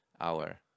hour